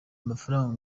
mafaranga